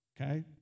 okay